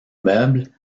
meubles